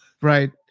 Right